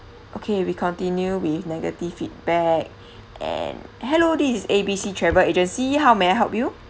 okay we continue with negative feedback and hello this is A B C travel agency how may I help you